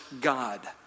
God